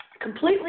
Completely